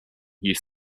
use